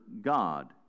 God